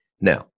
Now